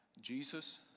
Jesus